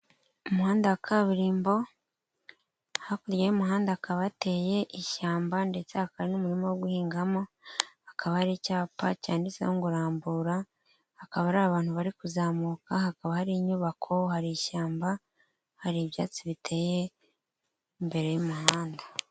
Umuhanda wa kaburimbo hakurya y'umuhanda hakaba hateye ishyamba ndetse hakaba n'umuntu uri guhingamo, hakaba hari icyapa cyanditseho ngo Rambura, hakaba hari abantu bari kuzamuka, hakaba hari inyubako, hari ishyamba, hari ibyatsi biteye imbere y'umuhanda.